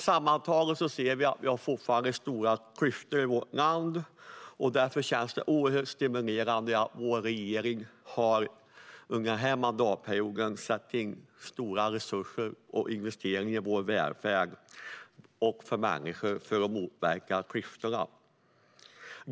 Sammantaget ser vi dock fortfarande stora klyftor i vårt land, och därför känns det oerhört stimulerande att vår regering under denna mandatperiod har satt in stora resurser och investeringar i vår välfärd och för människor för att motverka klyftorna.